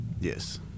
Yes